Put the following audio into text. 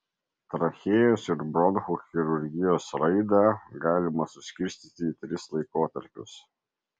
trachėjos ir bronchų chirurgijos raidą galima suskirstyti į tris laikotarpius